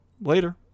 later